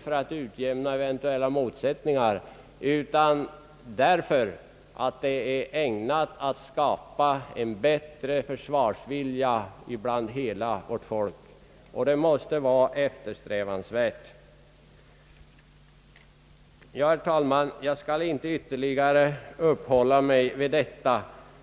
för att utjämna eventuella motsättningar, utan därför att den är ägnad att skapa en önskvärd bättre försvarsvilja inom hela vårt folk. Ja, herr talman, jag skall inte ytterligare uppehålla mig vid dessa frågor.